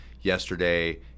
yesterday